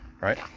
Right